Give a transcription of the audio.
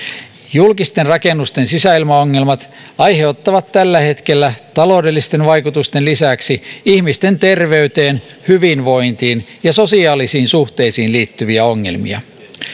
julkisten rakennusten sisäilmaongelmat aiheuttavat tällä hetkellä taloudellisten vaikutusten lisäksi ihmisten terveyteen hyvinvointiin ja sosiaalisiin suhteisiin liittyviä ongelmia